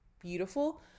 beautiful